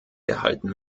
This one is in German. gehalten